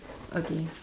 okay